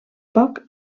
poc